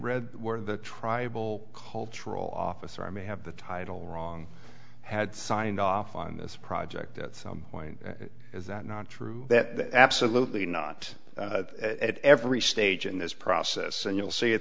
read where the tribal cultural officer i may have the title wrong had signed off on this project at some point is that not true that absolutely not at every stage in this process and you'll see it